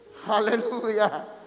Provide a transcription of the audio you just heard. Hallelujah